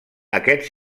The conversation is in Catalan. aquest